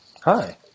Hi